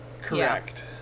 Correct